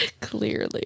Clearly